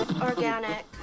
organic